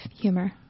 humor